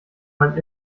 man